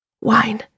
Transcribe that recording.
Wine